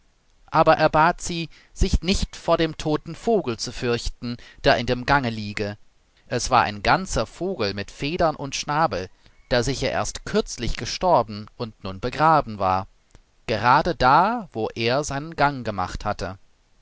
aber er bat sie sich nicht vor dem toten vogel zu fürchten der in dem gange liege es war ein ganzer vogel mit federn und schnabel der sicher erst kürzlich gestorben und nun begraben war gerade da wo er seinen gang gemacht hatte